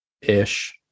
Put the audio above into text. ish